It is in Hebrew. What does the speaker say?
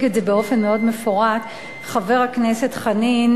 את זה באופן מאוד מפורט חבר הכנסת חנין,